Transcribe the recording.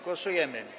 Głosujemy.